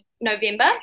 November